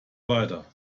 weiter